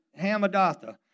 Hamadatha